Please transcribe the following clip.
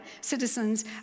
citizens